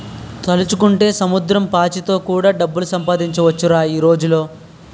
తలుచుకుంటే సముద్రం పాచితో కూడా డబ్బులు సంపాదించొచ్చురా ఈ రోజుల్లో